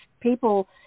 People